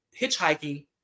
hitchhiking